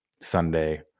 Sunday